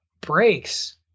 breaks